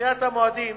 שדחיית המועדים